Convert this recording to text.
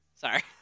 Sorry